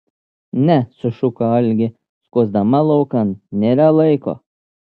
ne sušuko algė skuosdama laukan nėra laiko